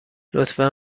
لطفا